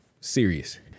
serious